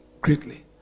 greatly